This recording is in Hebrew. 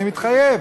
ואני מתחייב.